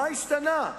מה השתנה?